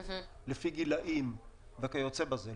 לפי גילים וכיוצא בזה.